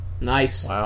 Nice